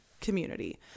community